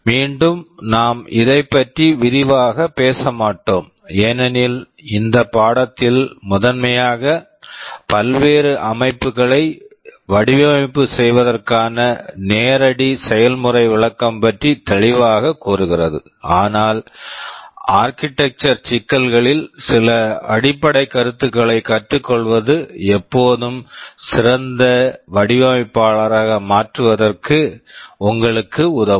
மீண்டும் நாம் இதைப் பற்றி விரிவாகப் பேச மாட்டோம் ஏனெனில் இந்த பாடத்தில் முதன்மையாக பல்வேறு அமைப்புகளை வடிவமைப்பு செய்வதற்கான நேரடி செயல்முறை விளக்கம் பற்றி தெளிவாக கூறுகிறது ஆனால் ஆர்க்கிடெக்சர் architecture சிக்கல்களில் சில அடிப்படைக் கருத்துக்களை கற்றுக்கொள்வது எப்போதும் சிறந்த வடிவமைப்பாளராக மாறுவதற்கு உங்களுக்கு உதவும்